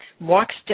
walks